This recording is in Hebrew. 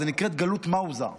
זאת נקראת גלות מוזע.